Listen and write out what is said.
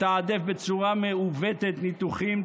מתעדף בצורה מעוותת ניתוחים,